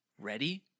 ready